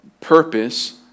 purpose